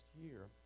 year